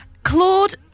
Claude